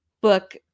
book